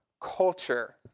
culture